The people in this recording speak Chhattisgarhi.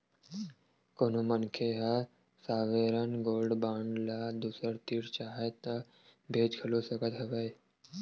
कोनो मनखे ह सॉवरेन गोल्ड बांड ल दूसर तीर चाहय ता बेंच घलो सकत हवय